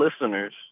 listeners